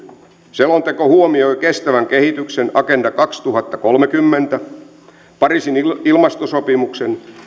selonteko huomioi kestävän kehityksen agenda kaksituhattakolmekymmentän ja pariisin ilmastosopimuksen